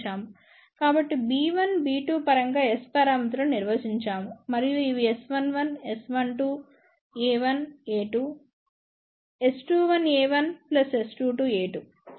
కాబట్టి b1 b2 పరంగా S పారామితులను నిర్వచించాము మరియు ఇవి S11 S12 a1 a2 S21a1 S22a2